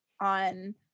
on